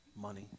money